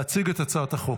להציג את הצעת החוק.